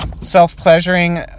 Self-pleasuring